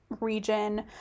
region